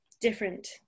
different